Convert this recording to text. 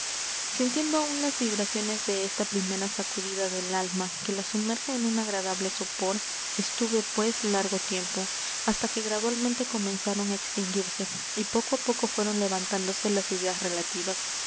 sintiendo aún las vibraciones de esta primera sacudida del alma que la sumerge en un agradable sopor estuve pues largo tiempo hasta que gradualmente comenzaron á extinguirse y poco á poco fueron levantándose las ideas relativas